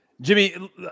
Jimmy